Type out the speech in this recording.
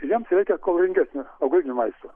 joms reikia kaloringesnio augalinio maisto